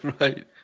Right